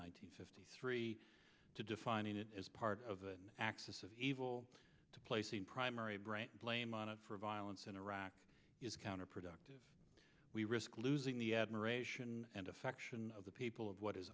eighty three to defining it as part of the axis of evil to placing primary brand blame on it for violence in iraq is counterproductive we risk losing the admiration and affection of the people of what is